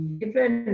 different